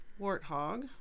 Warthog